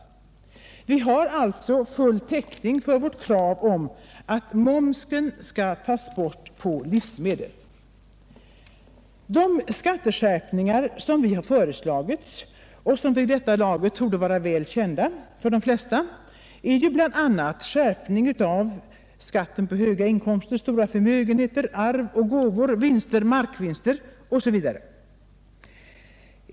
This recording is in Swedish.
Vi har alltså full täckning för vårt krav om att momsen skall tas bort på livsmedel. De skatteskärpningar som vi har föreslagit och som vid detta laget torde vara väl kända för de flesta är bl.a. skärpning av skatten på höga inkomster, stora förmögenheter, arv och gåvor, aktievinster, markvinster osv.